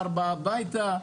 16:00 הביתה,